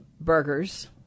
burgers